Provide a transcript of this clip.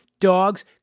dogs